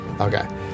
okay